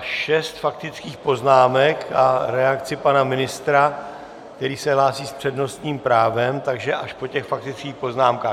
šest faktických poznámek a reakci pana ministra, který se hlásí s přednostním právem, takže až po těch faktických poznámkách.